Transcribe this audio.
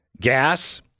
gas